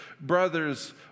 Brothers